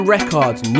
Records